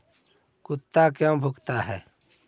कुत्ता क्यों भौंकता है?